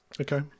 Okay